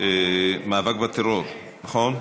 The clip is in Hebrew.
מאבק בטרור, נכון?